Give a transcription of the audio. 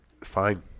fine